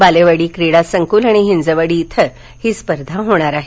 बालेवाडी क्रीड़ा संकुल आणि हिंजवडी इथ ही स्पर्धा होणार आहे